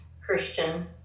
christian